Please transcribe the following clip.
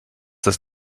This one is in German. das